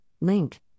link